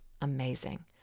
amazing